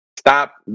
Stop